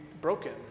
broken